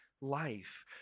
life